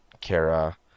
Kara